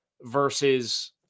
versus